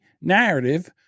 narrative